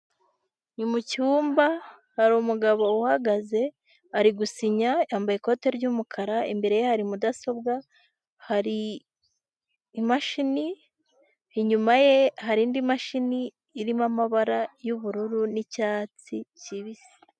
Ni mu cyumba, hari umugabo uhagaze, ari gusinya, yambaye ikote ry'umukara, imbere ye hari mudasobwa, hari imashini, inyuma ye hari indi mashini irimo amabara y'ubururu n'icyatsi kibisi.